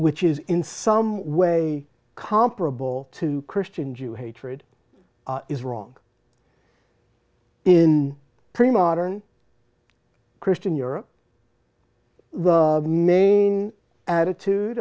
which is in some way comparable to christian jew hatred is wrong in pre modern christian europe the main attitude